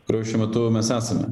kurioj šiuo metu mes esame